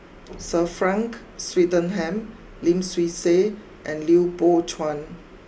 Sir Frank Swettenham Lim Swee Say and Lui Pao Chuen